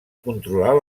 controlar